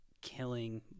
killing